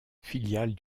filiale